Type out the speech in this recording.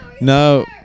No